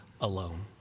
alone